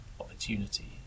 opportunity